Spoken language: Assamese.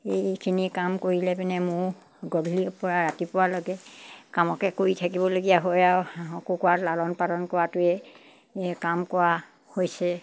এইখিনি কাম কৰিলে পিনে মোৰ গধূলিৰপৰা ৰাতিপুৱালৈকে কামকে কৰি থাকিবলগীয়া হয় আৰু হাঁহ কুকুৰাক লালন পালন কৰাটোৱে কাম কৰা হৈছে